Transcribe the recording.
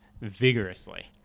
vigorously